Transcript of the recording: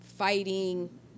Fighting